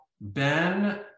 Ben